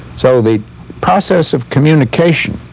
so the process of communication